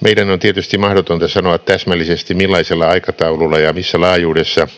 Meidän on tietysti mahdotonta sanoa täsmällisesti, millaisella aikataululla ja missä laajuudessa